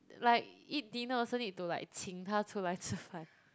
like eat dinner also need to like 请他出来吃饭